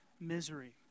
misery